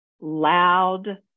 loud